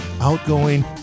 outgoing